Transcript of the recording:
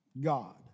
God